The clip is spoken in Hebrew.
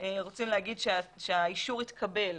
רוצים לומר שהאישור התקבל.